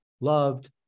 loved